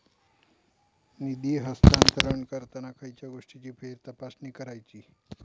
निधी हस्तांतरण करताना खयच्या गोष्टींची फेरतपासणी करायची?